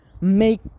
make